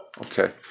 Okay